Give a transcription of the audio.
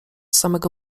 samego